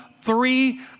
Three